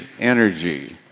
energy